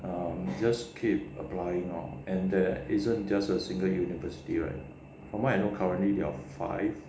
err just keep applying lor and there isn't just a single university right from what I know currently there are five